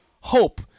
hope